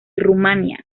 rumanía